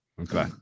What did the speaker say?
Okay